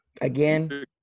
again